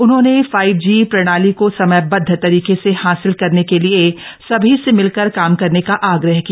उन्होंने five G प्रणाली को समयबदध तरीके से हासिल करने के लिए सभी से मिलकर काम करने का आग्रह किया